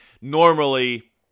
normally